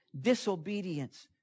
disobedience